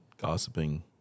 gossiping